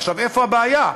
איפה הבעיה?